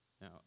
Now